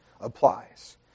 applies